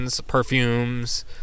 perfumes